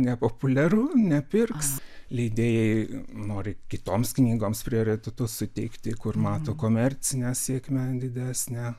nepopuliaru nepirks leidėjai nori kitoms knygoms prioritetus suteikti kur mato komercinę sėkmę didesnę